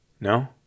No